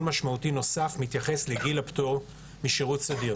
משמעותי נוסף מתייחס לגיל הפטור משירות סדיר,